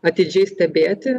atidžiai stebėti